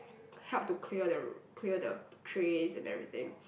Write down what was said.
help to clear the r~ clear the trays and everything